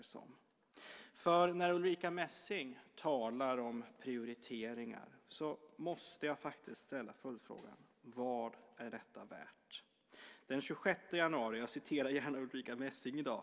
För när Ulrica Messing talar om prioriteringar måste jag faktiskt ställa följdfrågan: Vad är detta värt? Jag citerar gärna Ulrica Messing i dag.